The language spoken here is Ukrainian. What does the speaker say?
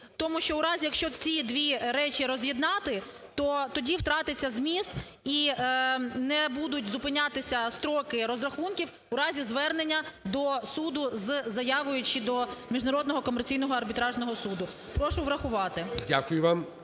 що у разі, якщо ці дві речі роз'єднати, то тоді втратиться зміст і не будуть зупинятися строки розрахунків у разі звернення до суду з заявою чи до Міжнародного комерційного арбітражного суду. Прошу врахувати. ГОЛОВУЮЧИЙ.